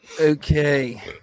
Okay